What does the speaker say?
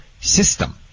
system